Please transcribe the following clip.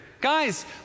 Guys